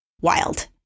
Wild